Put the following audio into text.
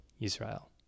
Israel